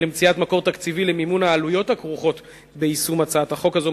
למציאת מקור תקציבי למימון העלויות הכרוכות ביישום הצעת החוק הזאת,